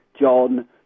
John